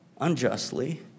unjustly